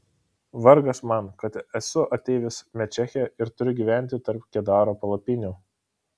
vargas man kad esu ateivis mešeche ir turiu gyventi tarp kedaro palapinių